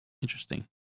Interesting